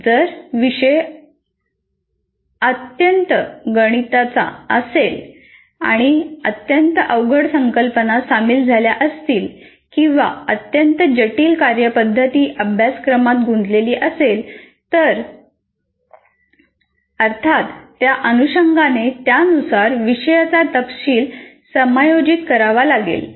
जर विषय अत्यंत गणितीय असेल आणि अत्यंत अवघड संकल्पना सामील झाल्या असतील किंवा अत्यंत जटिल कार्यपद्धती अभ्यासक्रमात गुंतलेली असेल तर अर्थात त्या अनुषंगाने त्यानुसार विषयाचा तपशील समायोजित करावा लागेल